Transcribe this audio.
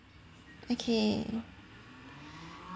okay